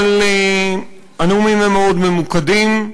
אבל הם מאוד ממוקדים,